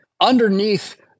underneath